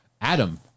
Adam